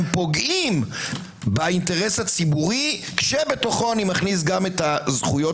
פוגעים באינטרס הציבורי שבתוכו מכניס גם את זכויות